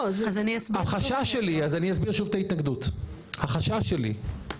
אני אסביר שוב את ההתנגדות, החשש שלי,